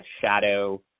shadow